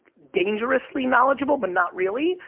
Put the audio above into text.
dangerously knowledgeable but not really.